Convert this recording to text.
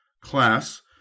class